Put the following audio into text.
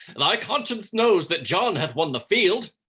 thy conscience knows that john hath won the field.